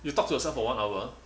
you talk to yourself for one hour